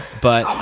but